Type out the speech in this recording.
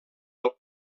del